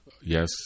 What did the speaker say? Yes